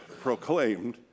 proclaimed